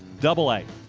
double-a,